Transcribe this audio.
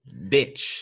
bitch